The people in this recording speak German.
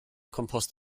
kompost